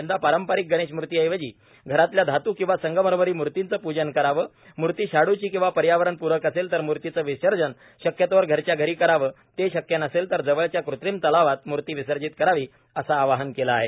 यंदा पारंपरिक गणेश मूर्तीऐवजी घरातल्या धातू किंवा संगमरवरी मूर्तीचं पूजन करावं मूर्ती शाडूची किंवा पर्यावरण पूरक असेल तर मूर्तीचं विसर्जन शक्यतो घरच्या घरी करावं ते शक्य नसेल तर जवळच्या कृत्रिम तलावात मूर्ती विसर्जित करावी असं आवाहन केलं आहे